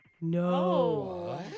No